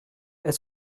est